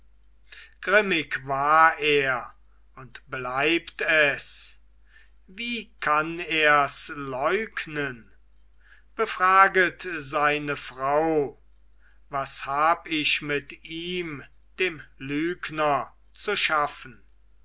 grimmig war er und bleibt es wie kann ers leugnen befraget seine frau was hab ich mit ihm dem lügner zu schaffen